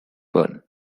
burn